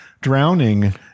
drowning